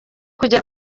kugera